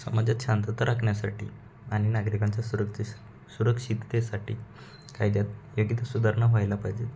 समाजात शांतता राखण्यासाटी आणि नागरिकांच्या सुरक्षे सुरक्षिततेसाठी कायद्यात योग्य सुधारणा व्हायला पाहिजेत